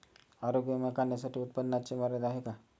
आरोग्य विमा काढण्यासाठी उत्पन्नाची मर्यादा आहे का?